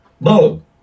Boom